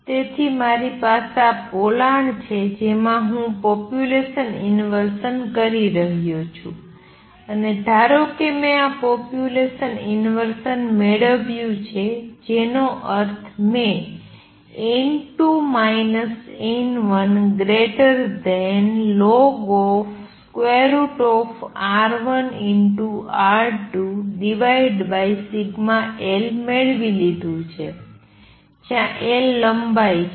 તેથી મારી પાસે આ પોલાણ છે જેમાં હું આ પોપ્યુલેસન ઇનવર્સન કરી રહ્યો છું અને ધારો કે મેં આ પોપ્યુલેસન ઇનવર્સન મેળવ્યું છે જેનો અર્થ મેં n2 n1ln√σL મેળવી લીધું છે જ્યાં L લંબાઈ છે